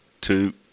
two